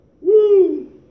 Woo